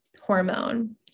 hormone